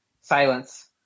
Silence